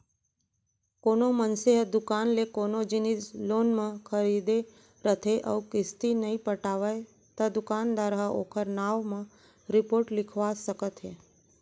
कोनो मनसे ह दुकान ले कोनो जिनिस लोन म खरीदे रथे अउ किस्ती नइ पटावय त दुकानदार ह ओखर नांव म रिपोट लिखवा सकत हे